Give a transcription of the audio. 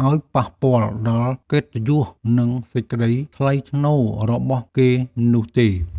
ឱ្យប៉ះពាល់ដល់កិត្តិយសនិងសេចក្តីថ្លៃថ្នូររបស់គេនោះទេ។